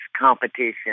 competition